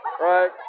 Right